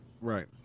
Right